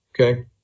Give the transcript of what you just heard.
okay